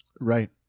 Right